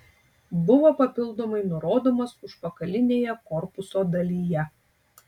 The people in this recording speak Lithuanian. buvo papildomai nurodomas užpakalinėje korpuso dalyje